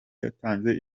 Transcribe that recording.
yatanze